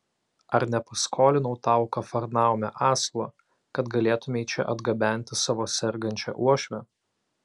ar nepaskolinau tau kafarnaume asilo kad galėtumei čia atgabenti savo sergančią uošvę